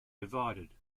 divided